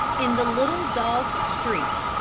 in the little dogs' street,